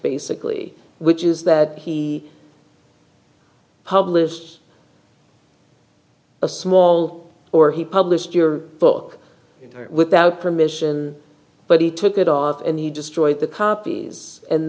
basically which is that he published a small or he published your book without permission but he took it off and he destroyed the copies and